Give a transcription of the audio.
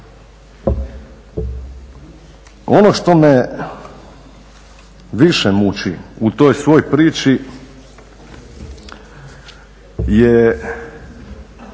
Ono što me više muči u toj svoj priči je